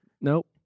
Nope